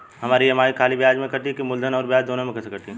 हमार ई.एम.आई खाली ब्याज में कती की मूलधन अउर ब्याज दोनों में से कटी?